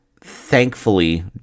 thankfully